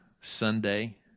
Sunday